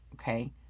okay